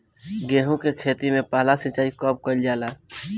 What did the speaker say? गेहू के खेती मे पहला सिंचाई कब कईल जाला?